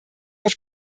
auf